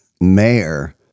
mayor